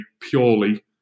purely